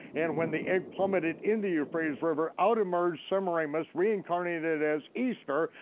and when the egg plummeted in the euphrates river, out emerged semiramis reincarnated as easter,